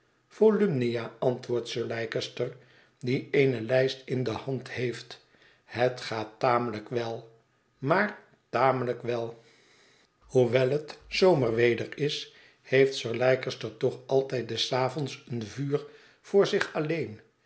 volumnia antwoordt sir leicester die eene lijst in de hand heeft het gaat tamelijk wel maar tamelijk wel hoewel het zomerweder is heeft sir leicester toch altijd des avonds een vuur voor zich alleen